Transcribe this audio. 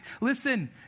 Listen